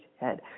head